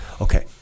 Okay